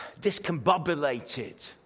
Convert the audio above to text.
discombobulated